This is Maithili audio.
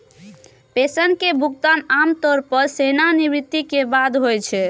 पेंशन के भुगतान आम तौर पर सेवानिवृत्ति के बाद होइ छै